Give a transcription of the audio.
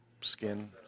Skin